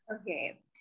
Okay